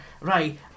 right